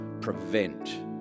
prevent